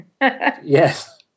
yes